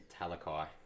Talakai